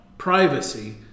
privacy